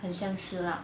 很像是 lah